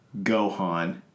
Gohan